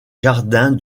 jardins